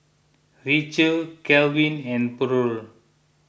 Rachel Kalvin and Purl